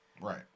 right